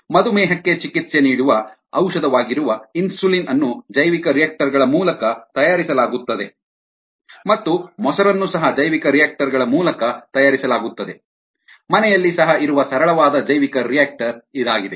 ಮಧುಮೇಹಕ್ಕೆ ಚಿಕಿತ್ಸೆ ನೀಡುವ ಔಷಧವಾಗಿರುವ ಇನ್ಸುಲಿನ್ ಅನ್ನು ಜೈವಿಕರಿಯಾಕ್ಟರ್ ಗಳ ಮೂಲಕ ತಯಾರಿಸಲಾಗುತ್ತದೆ ಮತ್ತು ಮೊಸರನ್ನು ಸಹ ಜೈವಿಕರಿಯಾಕ್ಟರ್ ಗಳ ಮೂಲಕ ತಯಾರಿಸಲಾಗುತ್ತದೆ ಮನೆಯಲ್ಲಿ ಸಹ ಇರುವ ಸರಳವಾದ ಜೈವಿಕರಿಯಾಕ್ಟರ್ ಇದಾಗಿದೆ